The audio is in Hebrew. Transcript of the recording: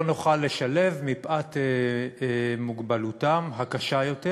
נוכל לשלב מפאת מוגבלותם הקשה יותר,